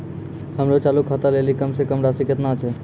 हमरो चालू खाता लेली कम से कम राशि केतना छै?